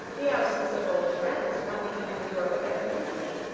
the absence of old friends one can endure with equanimity.